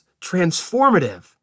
transformative